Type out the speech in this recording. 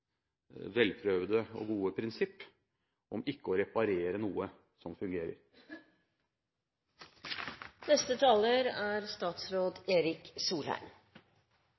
velprøvde og gode prinsipp om ikke å reparere noe som fungerer. Det er